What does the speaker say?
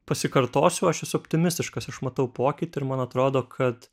pasikartosiu aš esu optimistiškas aš matau pokytį ir man atrodo kad